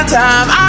time